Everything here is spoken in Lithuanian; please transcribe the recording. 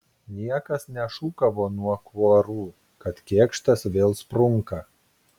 niekas nešūkavo nuo kuorų kad kėkštas vėl sprunka